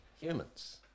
Humans